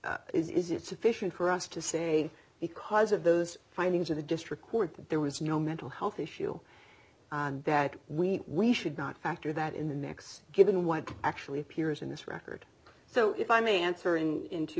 is it sufficient for us to say because of those findings of the district court that there was no mental health issue that we we should not factor that in the mix given what actually appears in this record so if i may answer in